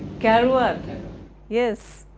kerouac yes,